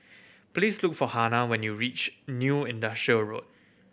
please look for Hannah when you reach New Industrial Road